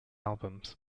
albums